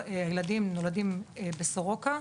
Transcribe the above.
הילדים נולדים בסורוקה,